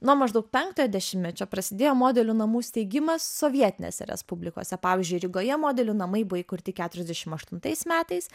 nuo maždaug penktojo dešimtmečio prasidėjo modelių namų steigimas sovietinėse respublikose pavyzdžiui rygoje modelių namai buvo įkurti keturiasdešimt aštuntais metais